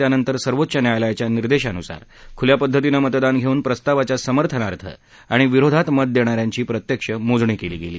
त्यानंतर सर्वोच्च न्यायालयाच्या निर्देशानुसार खुल्या पद्धतीनं मतदान घेऊन प्रस्तावाच्या समर्थनार्थ आणि विरोधात मत देणाऱ्यांची प्रत्यक्ष मोजणी केली गेली